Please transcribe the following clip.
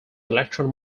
electron